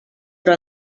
però